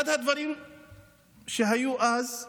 אחד הדברים שהיו אז,